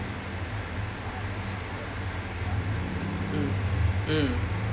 mm